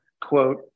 quote